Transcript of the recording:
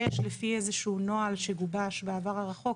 יש לפי איזשהו נוהל שגובש בעבר הרחוק,